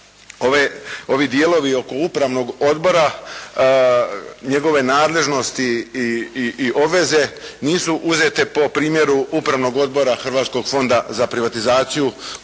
ovi dijelovi oko upravnog odbora, njegove nadležnosti i obveze, nisu uzete po primjeru upravnog odbora Hrvatskog fonda za privatizaciju